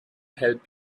help